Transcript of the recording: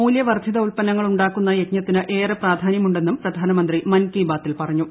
മൂലൃവർദ്ധിത ഉത്പന്നങ്ങൾ ഉണ്ടാക്കുന്ന യജ്ഞത്തിന് ഏറെ പ്രാ്ധാന്യമുണ്ടെന്നും പ്രധാനമന്ത്രി മൻ കി ബാതിൽ പറഞ്ഞു